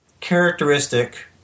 characteristic